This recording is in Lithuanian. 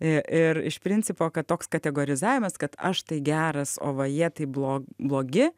i ir iš principo kad toks kategorizavimas kad aš tai geras o va jie tai blo blogi